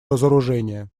разоружение